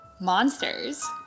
Monsters